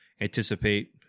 anticipate